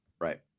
Right